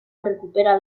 recupera